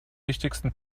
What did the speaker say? wichtigsten